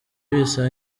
bisa